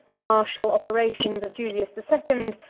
the martial operations of julius the second,